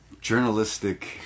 journalistic